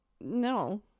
no